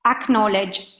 Acknowledge